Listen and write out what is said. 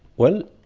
well,